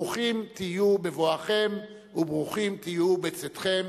ברוכים תהיו בבואכם וברוכים תהיו בצאתכם.